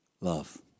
Love